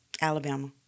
Alabama